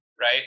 Right